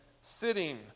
sitting